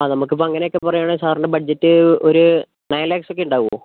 ആ നമുക്കിപ്പോൾ അങ്ങനെയൊക്കെ പറയുവാണെങ്കിൽ സാറിൻ്റെ ബഡ്ജറ്റ് ഒരു നയൻ ലാക്സ് ഒക്കെ ഉണ്ടാവുമോ